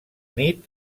nit